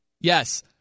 yes